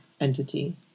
entity